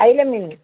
അയില മീൻ